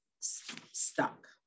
stuck